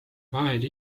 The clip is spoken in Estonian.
vahel